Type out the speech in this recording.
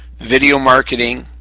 video marketing,